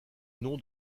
nom